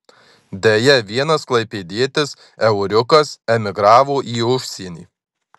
deja vienas klaipėdietis euriukas emigravo į užsienį